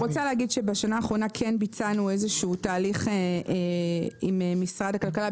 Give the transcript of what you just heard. אני רוצה להגיד שבשנה האחרונה כן ביצענו איזשהו תהליך עם משרד הכלכלה,